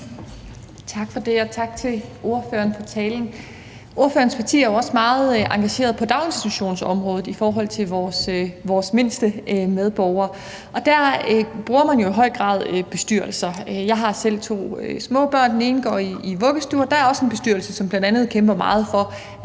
Tak for det, og tak til ordføreren for talen. Ordførerens parti er jo også meget engageret på daginstitutionsområdet i forhold til vores mindste medborgere, og der bruger man jo i høj grad bestyrelser. Jeg har selv to små børn, og den ene går i vuggestue, hvor der også er en bestyrelse, som bl.a. kæmper meget for,